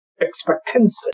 expectancy